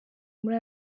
muri